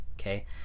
Okay